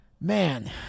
man